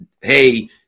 hey